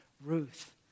Ruth